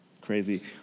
Crazy